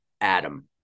Adam